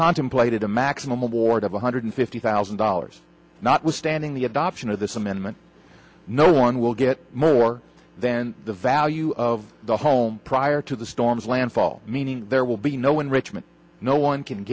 contemplated a maximum award of one hundred fifty thousand dollars notwithstanding the adoption of this amendment no one will get more than the value of the home prior to the storm's landfall meaning there will be no enrichment no one can